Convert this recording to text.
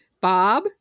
Bob